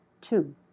two